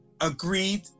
agreed